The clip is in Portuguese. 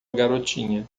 garotinha